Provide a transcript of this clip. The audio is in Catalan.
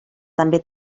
també